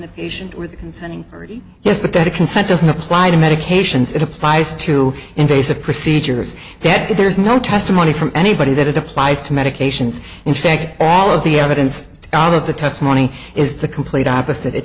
the patient with consenting yes but that consent doesn't apply to medications it applies to invasive procedure is that there is no testimony from anybody that it applies to medications in fact all of the evidence all of the testimony is the complete opposite it